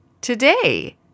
Today